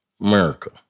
America